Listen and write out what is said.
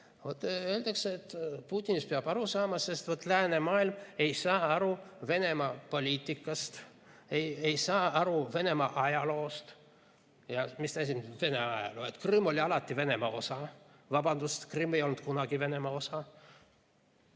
Öeldakse, et Putininist peab aru saama, sest vot läänemaailm ei saa aru Venemaa poliitikast, ei saa aru Venemaa ajaloost. Aga mis tähendab Venemaa ajalugu? Et Krimm oli alati Venemaa osa. Vabandust, Krimm ei olnud kunagi Venemaa osa!